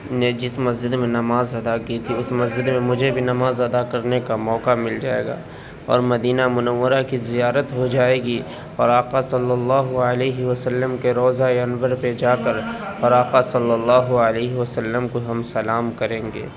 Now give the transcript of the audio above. نے جس مسجد میں نماز ادا کی تھی اس مسجد میں مجھے بھی نماز ادا کرنے کا موقع مل جائے گا اور مدینہ منورہ کی زیارت ہو جائے گی اور آقا صلی اللہ علیہ وسلم کے روضۂ انور پہ جا کر اور آقا صلی اللہ علیہ وسلم کو ہم سلام کریں گے